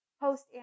post